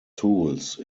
tools